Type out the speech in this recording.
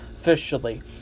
officially